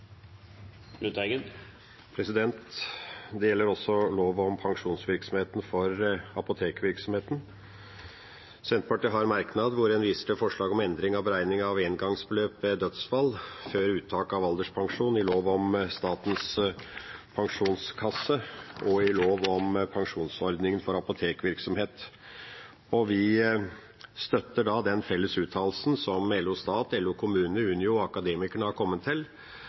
gjelder også lov om pensjonsordning for apotekvirksomhet. Senterpartiet har en merknad hvor en viser til forslag om endring av beregning av engangsbeløp ved dødsfall før uttak av alderspensjon i lov om Statens pensjonskasse og i lov om pensjonsordning for apotekvirksomhet. Vi støtter den felles uttalelsen som LO Stat, LO Kommune, Unio og Akademikerne har kommet til.